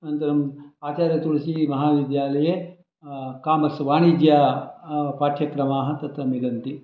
अनन्तरं आचार्य तुलसीमहाविद्यालये कामर्स् वाणिज्य पाठ्यक्रमाः तत्र मिलन्ति